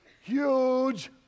huge